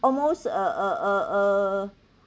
almost a a a a